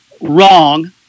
wrong